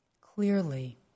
clearly